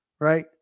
right